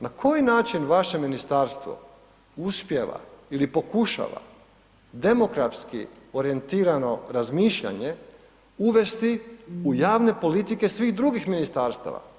Na koji način vaše ministarstvo uspijeva ili pokušava demografski orijentirano razmišljanje uvesti u jave politike svih drugih ministarstva?